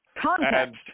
Context